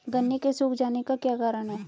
गन्ने के सूख जाने का क्या कारण है?